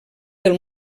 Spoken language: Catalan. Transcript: del